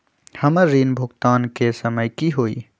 हमर ऋण भुगतान के समय कि होई?